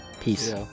Peace